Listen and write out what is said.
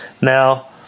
Now